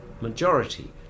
majority